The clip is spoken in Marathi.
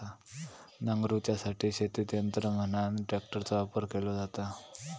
नांगरूच्यासाठी शेतीत यंत्र म्हणान ट्रॅक्टरचो वापर केलो जाता